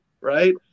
right